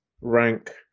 rank